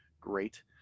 great